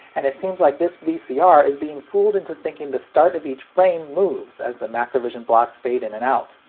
and it seems like this vcr is being fooled into thinking the start of each frame moves as the macrovision blocks fade in and out.